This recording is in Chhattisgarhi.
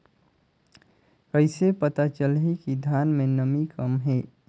कइसे पता चलही कि धान मे नमी कम हे?